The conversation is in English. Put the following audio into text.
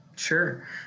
Sure